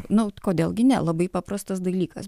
nu kodėl gi ne labai paprastas dalykas